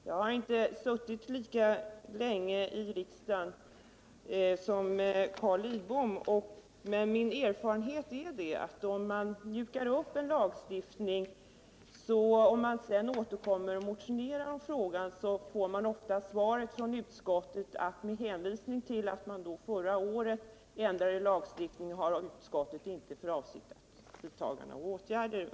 Jag har inte suttit lika länge i riksdagen som Carl Lidbom, men min erfarenhet är att om en lagstiftning mjukas upp och man sedan återkommer och motionerar i frågan, så får man ofta från utskottet ett svar som går ut på att med hänvisning till att lagstiftningen ändrades för ett år sedan eller något sådant har utskottet inte för avsikt att vidta några åtgärder.